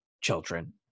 children